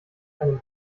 einem